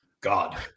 God